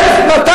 מה,